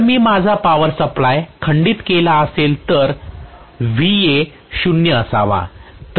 जर मी माझा पॉवर सप्लाय खंडित केला असेल तर तो 0 असावा